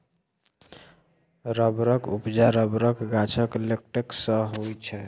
रबरक उपजा रबरक गाछक लेटेक्स सँ होइ छै